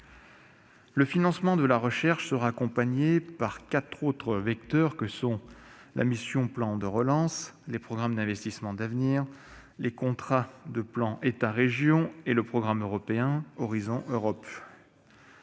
Le financement de la recherche sera accompagné par quatre autres vecteurs que sont la mission « Plan de relance », les programmes d'investissements d'avenir, les contrats de plan État-région et le programme européen Horizon Europe.